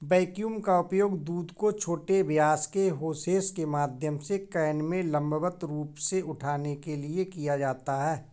vacuum का उपयोग दूध को छोटे व्यास के होसेस के माध्यम से कैन में लंबवत रूप से उठाने के लिए किया जाता है